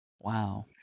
Wow